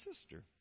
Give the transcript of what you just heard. sister